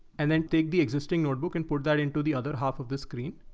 and then take the existing notebook and put that into the other half of this screen.